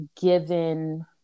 given